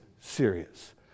serious